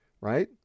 right